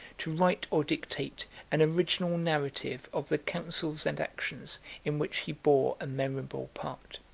to write or dictate an original narrative of the councils and actions in which he bore a memorable part.